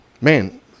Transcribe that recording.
man